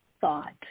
thought